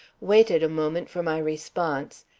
waited a moment for my response,